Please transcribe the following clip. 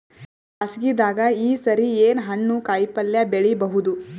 ಬ್ಯಾಸಗಿ ದಾಗ ಈ ಸರಿ ಏನ್ ಹಣ್ಣು, ಕಾಯಿ ಪಲ್ಯ ಬೆಳಿ ಬಹುದ?